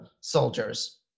soldiers